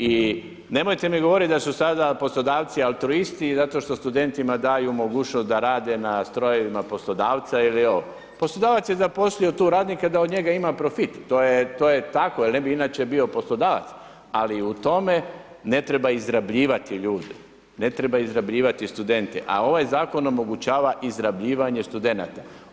I nemojte mi govoriti da su sada poslodavci altruisti zato što studentima daju mogućnost da rade na strojevima poslodavca ... poslodavac je zaposlio tu radnike da od njega ima profit, to je tako jer ne bi inače bio poslodavac ali u tome ne treba izrabljivati ljude, ne treba izrabljivati studente, a ovaj zakon omogućava izrabljivanje studenata.